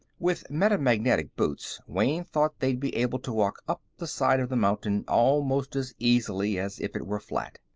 with metamagnetic boots, wayne thought, they'd be able to walk up the side of the mountain almost as easily as if it were flat.